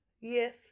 Yes